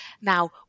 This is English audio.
Now